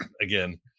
again